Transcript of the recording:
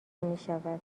میشود